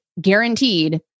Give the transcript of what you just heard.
guaranteed